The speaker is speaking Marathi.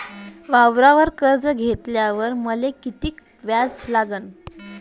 वावरावर कर्ज घेतल्यावर मले कितीक व्याज लागन?